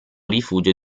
rifugio